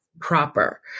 proper